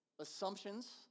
assumptions